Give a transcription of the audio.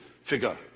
figure